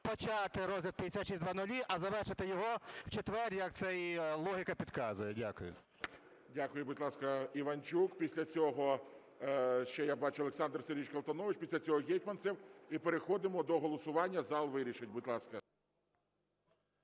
почати розгляд 5600, а завершити його в четвер, як це логіка й підказує. Дякую. ГОЛОВУЮЧИЙ. Дякую. Будь ласка, Іванчук. Після цього, ще я бачу, Олександр Сергійович Колтунович, після цього – Гетманцев. І переходимо до голосування, зал вирішить. Будь ласка.